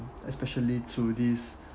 especially to this